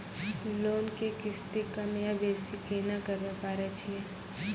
Loan के किस्ती कम या बेसी केना करबै पारे छियै?